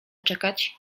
czekać